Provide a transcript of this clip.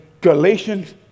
Galatians